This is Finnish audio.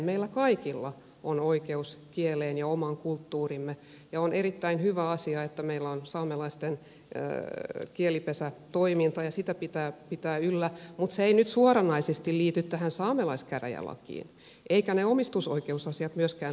meillä kaikilla on oikeus kieleen ja omaan kulttuuriimme ja on erittäin hyvä asia että meillä on saamelaisten kielipesätoimintaa ja sitä pitää pitää yllä mutta se ei nyt suoranaisesti liity tähän saamelaiskäräjälakiin eivätkä ne omistusoikeusasiat myöskään liity tähän